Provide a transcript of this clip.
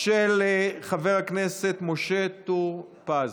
של חבר הכנסת משה טור פז.